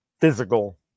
physical